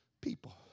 people